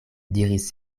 diris